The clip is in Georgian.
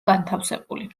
განთავსებული